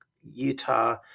Utah